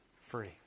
free